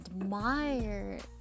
admired